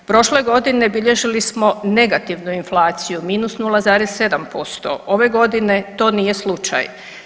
Prošle godine bilježili smo negativnu inflaciju, -0,7%, ove godine to nije slučaj.